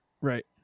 right